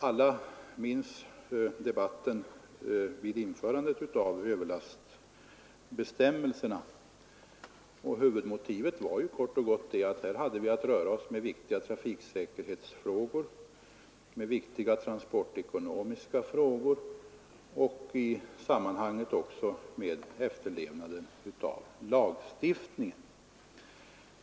Alla minns debatten vid införandet av överlastbestämmelserna. Huvudmotivet till att införa dessa bestämmelser var kort och gott att vi hade att röra oss med viktiga trafiksäkerhetsfrågor, med viktiga transportekonomiska frågor och också med efterlevnaden av lagstiftningen i sammanhanget.